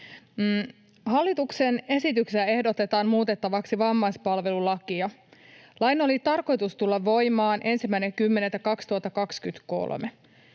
Hallituksen esityksessä ehdotetaan muutettavaksi vammaispalvelulakia. Lain oli tarkoitus tulla voimaan 1.10.2023.